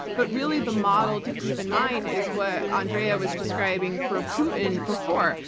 but really the model to keep in mind is what andrea was describing for putin before,